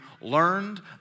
learned